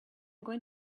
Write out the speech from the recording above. going